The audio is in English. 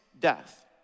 death